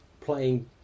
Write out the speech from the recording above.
playing